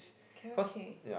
carrot cake